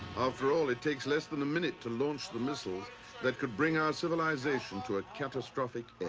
after all, it takes less than a minute to launch the missiles that could bring our civilization to a catastrophic end.